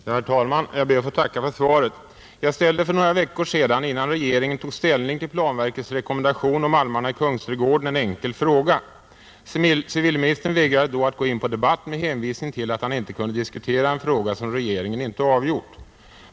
Herr talman! Jag ber att få tacka för svaret. Jag ställde för några veckor sedan, innan regeringen tog ställning till planverkets rekommendation om almarna i Kungsträdgården, en enkel fråga. Civilministern vägrade då att gå in på debatt med hänvisning till att han inte kunde diskutera en fråga som regeringen inte avgjort.